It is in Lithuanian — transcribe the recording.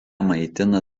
maitina